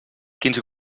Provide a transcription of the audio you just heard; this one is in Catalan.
quins